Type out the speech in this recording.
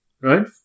right